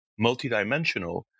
multidimensional